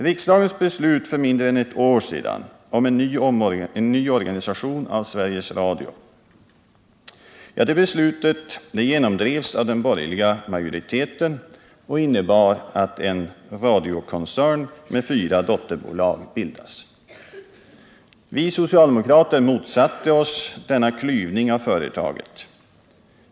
Riksdagen beslutade, för mindre än ett år sedan, om en ny organisation av Sveriges Radio. Beslutet, som genomdrevs av den borgerliga majoriteten, innebar att en radiokoncern med fyra dotterbolag bildas. Vi socialdemokrater motsatte oss denna klyvning av företaget.